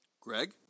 Greg